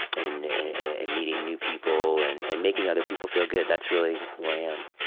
and and meeting new people and and making other people feel good, that's really who i am.